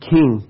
King